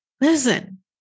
Listen